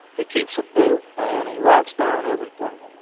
he keeps a book, man. he writes down everything.